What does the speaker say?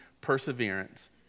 perseverance